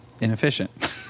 inefficient